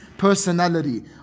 personality